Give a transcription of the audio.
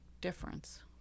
difference